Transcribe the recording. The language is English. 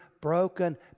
broken